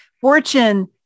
Fortune